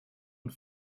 und